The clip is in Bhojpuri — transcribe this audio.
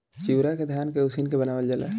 चिवड़ा के धान के उसिन के बनावल जाला